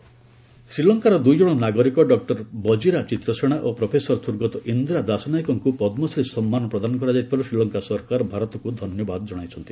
SL message ଶ୍ରୀଲଙ୍କାର ଦୁଇଜଣ ନାଗରିକ ଡକୁର ବଜିରା ଚିତ୍ରସେଣା ଓ ପ୍ରଫେସର ସ୍ୱର୍ଗତ ଇନ୍ଦ୍ରା ଦାସନାୟକଙ୍କୁ ପଦ୍କଶ୍ରୀ ସମ୍ମାନ ପ୍ରଦାନ କରାଯାଇଥିବାରୁ ଶ୍ରୀଲଙ୍କା ସରକାର ଭାରତକୁ ଧନ୍ୟବାଦ ଜଣାଇଛନ୍ତି